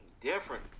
Different